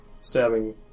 stabbing